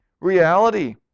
reality